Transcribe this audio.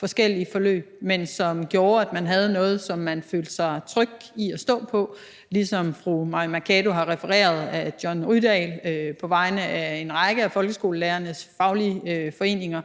forskellige forløb, men som gjorde, at man havde noget, som man følte sig tryg ved at stå på. Det er også det, som Mai Mercado har refereret at John Rydahl på vegne af en række af folkeskolelærernes faglige foreninger